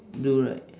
blue right